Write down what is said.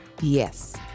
Yes